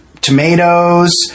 tomatoes